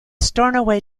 stornoway